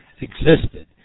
existed